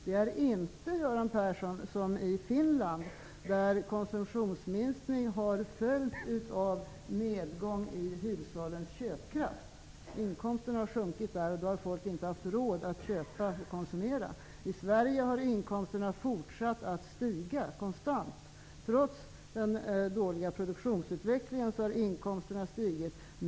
Det är inte som i Finland, Göran Persson, där konsumtionsminskning har följt av nedgång i hushållens köpkraft. Inkomsterna har sjunkit där, och då har människor inte haft råd att köpa och konsumera. I Sverige har inkomsterna konstant fortsatt att stiga. Trots den dåliga produktionsutvecklingen har inkomsterna stigit.